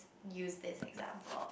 used this example